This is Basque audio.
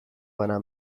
bana